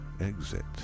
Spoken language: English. exit